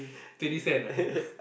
thirty cents ah